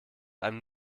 einem